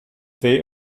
they